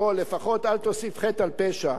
לפחות אל תוסיף חטא על פשע.